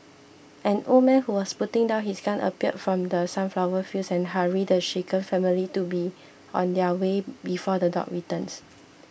an old man who was putting down his gun appeared from the sunflower fields and hurried the shaken family to be on their way before the dogs returns